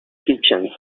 kitchen